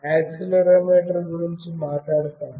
accelerometer గురించి మాట్లాడతాను